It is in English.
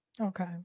Okay